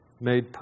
made